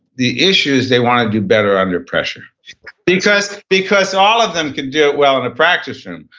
the issue is, they want to do better under pressure because because all of them can do it well in a practice room.